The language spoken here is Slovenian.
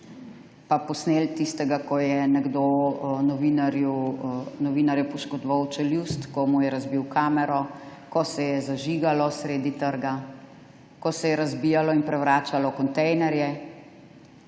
in posneli tistega, ko je nekdo novinarju poškodoval čeljust, ko mu je razbil kamero, ko se je zažigalo sredi trga, ko se je razbijalo in prevračalo kontejnerje.